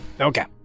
Okay